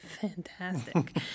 fantastic